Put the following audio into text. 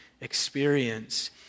experience